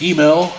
Email